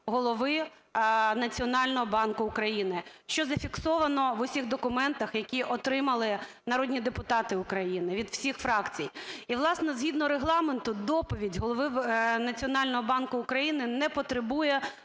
голови Національного банку України, що зафіксовано в усіх документах, які отримали народні депутати України від усіх фракцій. І, власне, згідно Регламенту доповідь голови Національного банку України не потребує